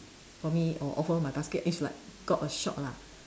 for me or for my basket it's like got a shock lah